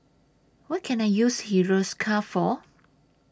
What Can I use Hiruscar For